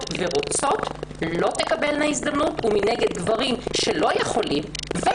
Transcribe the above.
ורוצות לא תקבלנה הזדמנות ומנגד גברים שלא יכולים לא